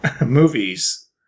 movies